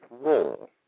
role